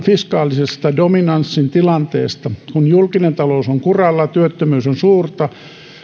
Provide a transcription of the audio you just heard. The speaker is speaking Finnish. fiskaalisesta dominanssin tilanteesta kun julkinen talous on kuralla työttömyys on suurta ja